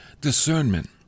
discernment